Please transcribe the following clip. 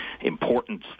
importance